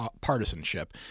partisanship